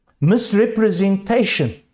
misrepresentation